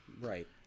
Right